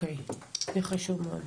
זה חשוב מאוד.